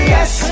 Yes